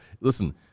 Listen